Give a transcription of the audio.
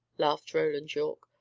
laughed roland yorke.